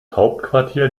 hauptquartier